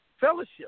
fellowship